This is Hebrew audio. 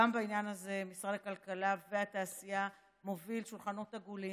גם בעניין הזה משרד הכלכלה והתעשייה מוביל שולחנות עגולים,